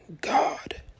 God